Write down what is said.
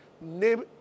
Name